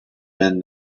been